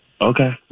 Okay